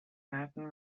mountain